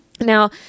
Now